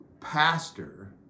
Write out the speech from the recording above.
pastor